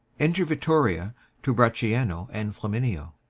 enter vittoria to brachiano and flamineo